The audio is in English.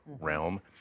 realm